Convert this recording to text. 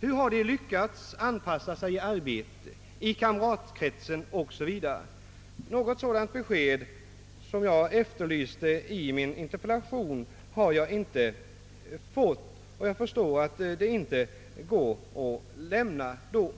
Hur har de lyckats anpassa sig i arbetet, i kamratkretsen 0. s. v.2 Något sådant besked som jag efterlyste i min interpellation har jag inte fått, och jag förstår att det inte går att lämna ett dylikt